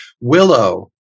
Willow